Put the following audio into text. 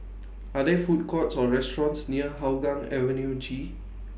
Are There Food Courts Or restaurants near Hougang Avenue G